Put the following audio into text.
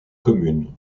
commune